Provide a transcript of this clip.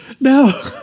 no